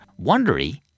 Wondery